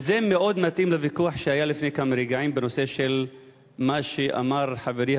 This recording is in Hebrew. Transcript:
וזה מאוד מתאים לוויכוח שהיה לפני כמה רגעים בנושא של מה שאמר חברי